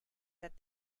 that